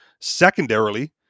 Secondarily